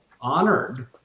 honored